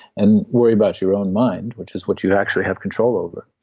and worry about your own mind, which is what you actually have control over,